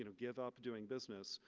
you know give up doing business.